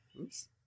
Oops